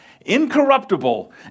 incorruptible